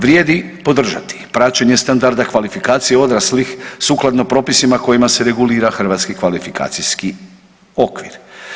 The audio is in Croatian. Vrijedi podržati praćenje standarda kvalifikacije odraslih sukladno propisima kojima se regulira hrvatski kvalifikacijski okvir.